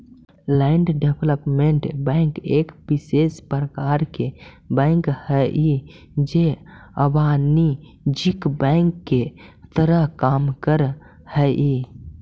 land development bank एक विशेष प्रकार के बैंक हइ जे अवाणिज्यिक बैंक के तरह काम करऽ हइ